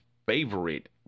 Favorite